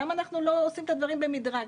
למה אנחנו לא עושים את הדברים במדרג.